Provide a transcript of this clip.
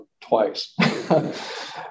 twice